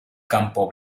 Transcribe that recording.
campo